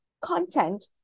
content